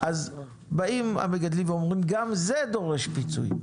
אז באים המגדלים ואומרים: גם זה דורש פיצוי,